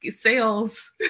sales